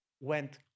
went